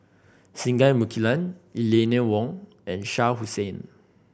Singai Mukilan Eleanor Wong and Shah Hussain